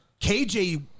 KJ